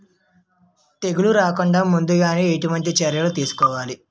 తెగుళ్ల రాకుండ ముందుగానే ఎటువంటి చర్యలు తీసుకోవాలి?